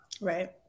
Right